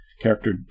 character